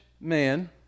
man